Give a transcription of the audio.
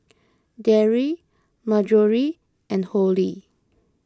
Darry Marjory and Holly